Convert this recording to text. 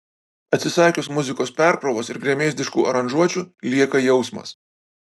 atsisakius muzikos perkrovos ir gremėzdiškų aranžuočių lieka jausmas